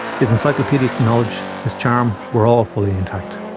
his encyclopaedic knowledge, his charm were all fully intact.